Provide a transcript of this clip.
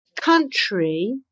country